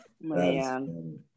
man